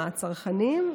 הצרכנים,